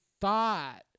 thought